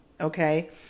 okay